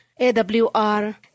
AWR